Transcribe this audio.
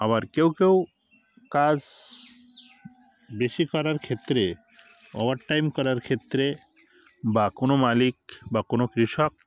আবার কেউ কেউ কাজ বেশি করার ক্ষেত্রে ওভার টাইম করার ক্ষেত্রে বা কোনো মালিক বা কোনো কৃষক